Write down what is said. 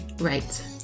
Right